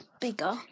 bigger